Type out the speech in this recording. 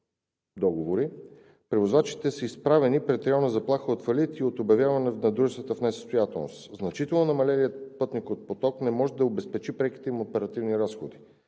превозвачите са изправени пред реална заплаха от фалит и от обявяване на дружествата в несъстоятелност. Значително намалелият пътникопоток не може да обезпечи преките им оперативни разходи.